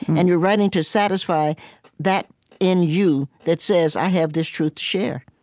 and you're writing to satisfy that in you that says, i have this truth to share.